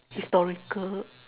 historical